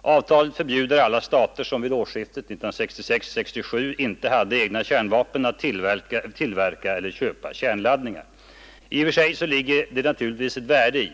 Avtalet förbjuder alla stater som vid årsskiftet 1966-1967 inte hade egna kärnvapen att tillverka eller köpa kärnladdningar. I och för sig ligger det naturligtvis ett värde i